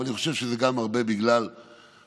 אני חושב שזה גם הרבה בגלל פוליטיזציה,